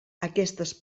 aquestes